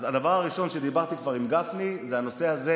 אז הדבר הראשון שדיברתי עליו כבר עם גפני זה הנושא הזה.